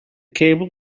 cable